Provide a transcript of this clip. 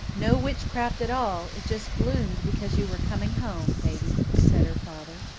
no witchcraft at all it just bloomed because you were coming home, baby, said her father.